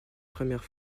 première